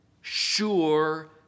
sure